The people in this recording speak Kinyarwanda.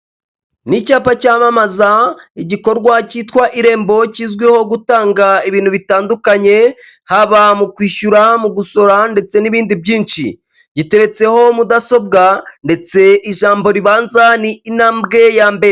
Ni icyapa cyamamaza igikorwa cyitwa irembo kizwiho gutanga ibintu bitandukanye, haba mu kwishyura, mu gusora ndetse n'ibindi byinshi, giteretseho mudasobwa ndetse ijambo ribanza ni intambwe ya mbere.